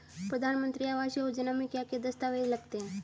प्रधानमंत्री आवास योजना में क्या क्या दस्तावेज लगते हैं?